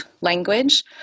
language